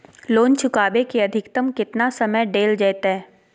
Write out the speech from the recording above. Loan चुकाबे के अधिकतम केतना समय डेल जयते?